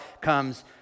comes